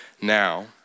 now